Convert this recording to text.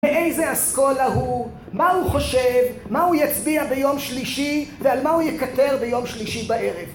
מאיזה אסכולה הוא, מה הוא חושב, מה הוא יצביע ביום שלישי ועל מה הוא יקטר ביום שלישי בערב